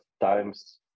times